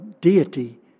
Deity